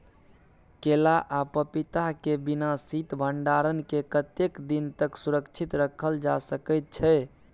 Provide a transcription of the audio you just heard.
केला आ पपीता के बिना शीत भंडारण के कतेक दिन तक सुरक्षित रखल जा सकै छै?